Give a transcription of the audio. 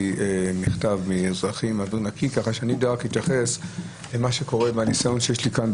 מכתב מאזרחים כך שאני יודע להתייחס רק מהניסיון שיש לי כאן,